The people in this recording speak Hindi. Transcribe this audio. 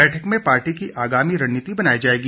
बैठक में पार्टी की आगामी रणनीति बनाई जाएगी